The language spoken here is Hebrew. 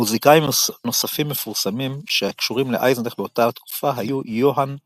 מוזיקאים מפורסמים נוספים שקשורים לאייזנך באותה תקופה היו יוהאן פכלבל,